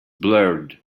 blurred